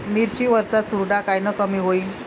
मिरची वरचा चुरडा कायनं कमी होईन?